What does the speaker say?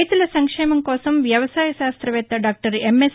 రైతుల నంక్షేమ కోసం వ్యవసాయ శాస్త్రవేత్త డాక్టర్ ఎంఎస్